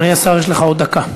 אדוני השר, יש לך עוד דקה.